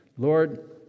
Lord